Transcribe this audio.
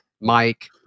Mike